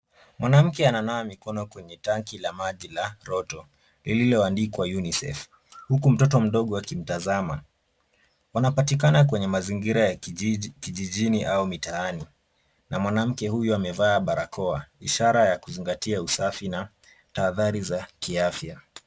Mwanamke ananawa mikono kwenye tanki la maji la roto lilioandikwa UNICEF, huku mtoto mdogo akimtazama. Wanapatikana kwenye mazingira ya kijijini au mitaani, na mwanamke huyu amevaa barakoa, ishara ya kuzingatia usafi na tahadhari za kiafya.